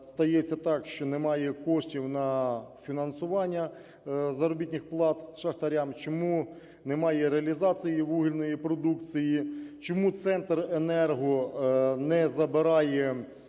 стається так, що немає коштів на фінансування заробітних плат шахтарям, чому немає реалізації вугільної продукції, чому Центренерго не забирає